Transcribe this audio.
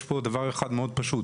יש פה דבר אחד מאוד פשוט,